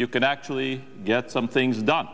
you can actually get some things done